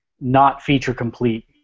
not-feature-complete